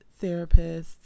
therapists